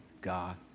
God